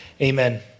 Amen